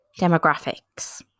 Demographics